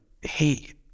hey